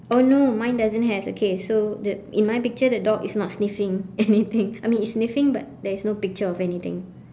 oh no mine doesn't have okay so the in my picture the dog is not sniffing anything I mean it's sniffing but there is no picture of anything